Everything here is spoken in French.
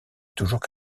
toujours